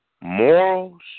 morals